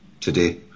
today